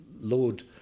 Lord